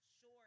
short